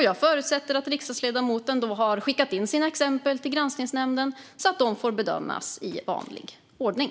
Jag förutsätter att riksdagsledamoten har skickat in sina exempel till Granskningsnämnden, så att de får bedömas i vanlig ordning.